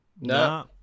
No